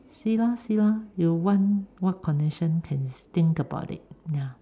see lah see lah you want what connection can think about it ya